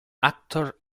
actor